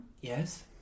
Yes